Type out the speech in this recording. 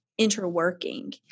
interworking